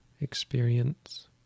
experience